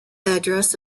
address